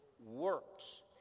works